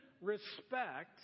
respect